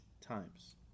times